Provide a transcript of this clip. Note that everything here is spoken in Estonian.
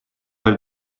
veel